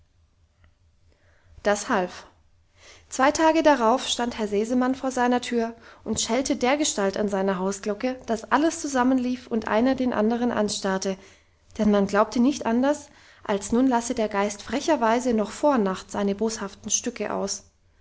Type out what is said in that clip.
das half zwei tage darauf stand herr sesemann vor seiner tür und schellte dergestalt an seiner hausglocke dass alles zusammenlief und einer den anderen anstarrte denn man glaubte nicht anders als nun lasse der geist frecherweise noch vor nacht seine boshaften stücke aus